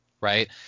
right